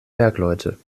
bergleute